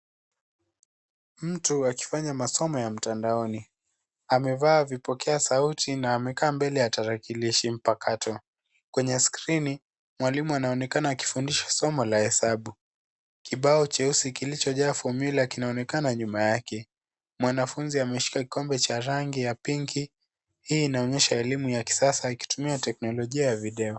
Mtu akifanya masomo ya mtandaoni. Amevaa vipokea sauti na amekaa mbele ya tarakilishi mpakato. Kwenye skrini, mwalimu anaonekana akifundisha somo la hesabu. Kibao cheusi kilichojaa fomula kinaonekana nyuma yake. Mwanafunzi anashika kikombe cha rangi ya pinki. Hii inaonyesha elimu ya kisasa akitumia teknolojia ya video.